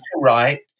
right